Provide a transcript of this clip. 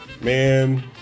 Man